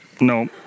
no